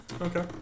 Okay